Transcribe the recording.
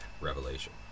Revelation